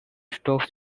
stocks